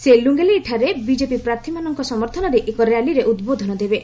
ସେ ଲୁଙ୍ଗ୍ଲେଇଠାରେ ବିଜେପି ପ୍ରାର୍ଥୀମାନଙ୍କ ସମର୍ଥନରେ ଏକ ର୍ୟାଲିରେ ଉଦ୍ବୋଧନ ଦେବେ